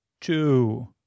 two